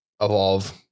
evolve